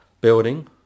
building